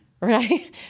Right